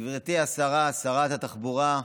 גברתי שרת התחבורה,